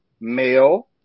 male